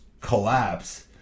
collapse